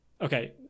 Okay